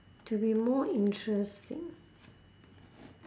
to be more interesting